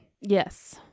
Yes